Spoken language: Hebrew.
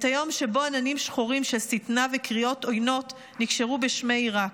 את היום שבו עננים שחורים של שטנה וקריאות עוינות נקשרו בשמי עיראק,